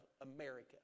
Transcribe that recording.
America